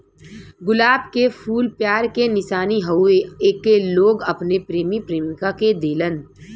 गुलाब के फूल प्यार के निशानी हउवे एके लोग अपने प्रेमी प्रेमिका के देलन